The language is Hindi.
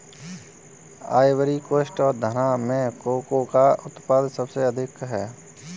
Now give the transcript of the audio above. आइवरी कोस्ट और घना में कोको का उत्पादन सबसे अधिक है